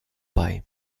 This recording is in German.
bei